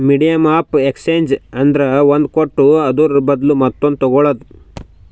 medium of exchange ಅಂದ್ರ ಒಂದ್ ಕೊಟ್ಟು ಅದುರ ಬದ್ಲು ಮತ್ತೊಂದು ತಗೋಳದ್